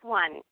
one